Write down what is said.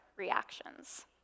reactions